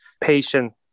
patient